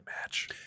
match